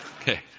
Okay